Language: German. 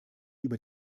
über